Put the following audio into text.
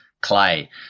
clay